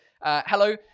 hello